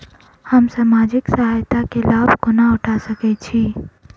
हम सामाजिक सहायता केँ लाभ कोना उठा सकै छी?